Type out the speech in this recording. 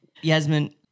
Yasmin